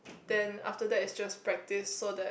then after that it's just practice so that